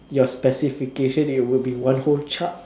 your specification it would be one whole chart